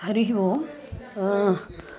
हरिः ओं